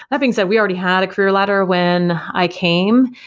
that being said, we already had a career ladder when i came.